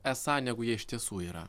esą negu jie iš tiesų yra